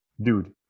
dude